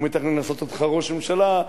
הוא מתכנן לעשות אותך ראש ממשלה.